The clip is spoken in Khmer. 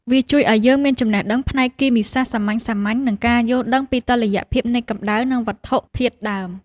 វាជួយឱ្យយើងមានចំណេះដឹងផ្នែកគីមីសាស្ត្រសាមញ្ញៗ និងការយល់ដឹងពីតុល្យភាពនៃកម្ដៅ និងវត្ថុធាតុដើម។